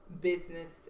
business